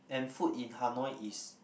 and food in Hanoi is